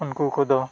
ᱩᱱᱠᱩ ᱠᱚᱫᱚ